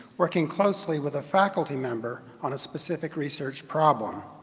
working closely with a faculty member on a specific research problem.